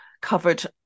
covered